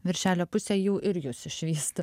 viršelio pusėj jau ir jus išvystų